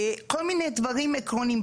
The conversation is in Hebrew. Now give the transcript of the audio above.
כל מיני דברים עקרוניים.